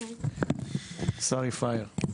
ד"ר שרי פייר.